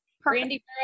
Brandy